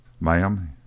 Ma'am